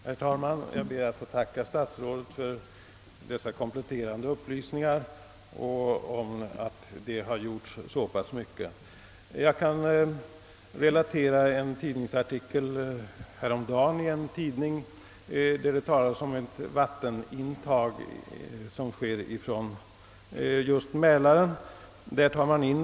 Herr talman! Jag ber att få tacka herr statsrådet för de kompletterande upplysningarna att det gjorts så mycket. Jag kan relatera en tidningsartikel häromdagen där det skrivs om ett vattenintag just i Mälaren.